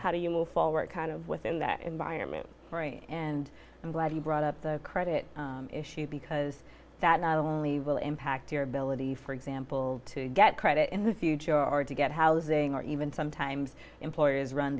how do you move forward kind of within that in by and i'm glad you brought up the credit issue because that not only will impact your ability for example to get credit in the future or to get housing or even sometimes employers run